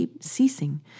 ceasing